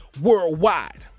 worldwide